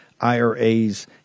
IRAs